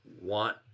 want